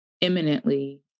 imminently